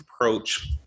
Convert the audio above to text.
approach